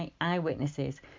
eyewitnesses